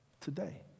Today